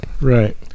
right